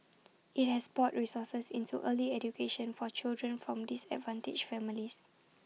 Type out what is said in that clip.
IT has poured resources into early education for children from disadvantaged families